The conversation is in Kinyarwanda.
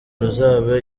ruzaba